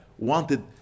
wanted